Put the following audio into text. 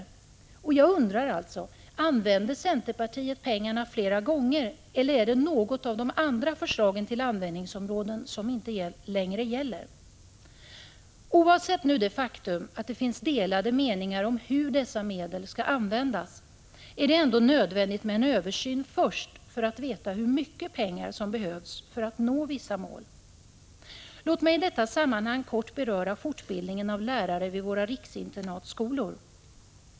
Jag undrar alltså: Använder centerpartiet pengarna flera gånger, eller är det något av de andra förslagen till användningsområden som inte längre gäller? Oavsett det faktum att det finns delade meningar om hur dessa medel skall användas, är det ändå nödvändigt med en översyn först för att veta hur mycket pengar som behövs för att nå vissa mål. Låt mig i detta sammanhang kort beröra fortbildningen av lärare vid våra riksinternatskolor.